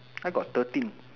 why got thirteen